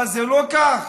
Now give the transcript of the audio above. אבל זה לא כך: